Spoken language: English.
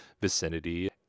vicinity